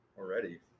already